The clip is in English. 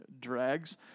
drags